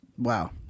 Wow